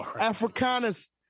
Africanus